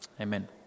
amen